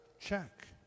check